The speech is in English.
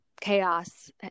chaos